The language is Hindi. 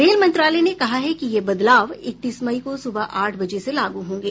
रेल मंत्रालय ने कहा कि यह बदलाव इकतीस मई को सुबह आठ बजे से लागू होंगे